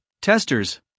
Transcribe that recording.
testers